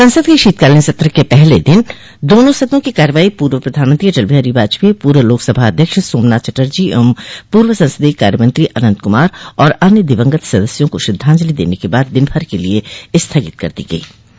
संसद के शीतकालीन सत्र के पहले दिन दोनों सदनों की कार्यवाही पूर्व प्रधानमंत्री अटल बिहारी वाजपेयी पूर्व लोकसभा अध्यक्ष सोमनाथ चटर्जी पूर्व संसदीय कार्यमंत्री अनन्त कुमार और अन्य दिवंगत सदस्यों का श्रद्धांजलि देने के बाद दिनभर के लिए स्थगित कर दी गयी